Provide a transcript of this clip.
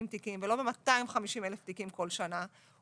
תיקים ולא ב-250,000 תיקים כל שנה,